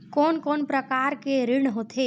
कोन कोन प्रकार के ऋण होथे?